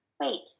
wait